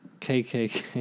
KKK